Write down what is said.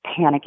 panicking